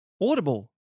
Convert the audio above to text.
Audible